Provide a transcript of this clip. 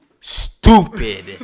stupid